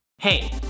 Hey